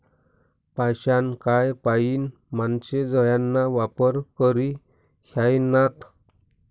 पाषाणकाय पाईन माणशे जाळाना वापर करी ह्रायनात